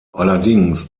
allerdings